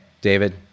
David